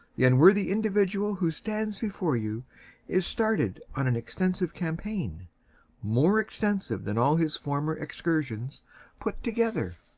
the unworthy individual who stands before you is started on an extensive campaign more extensive than all his former excursions put together.